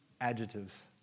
adjectives